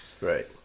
Right